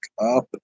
up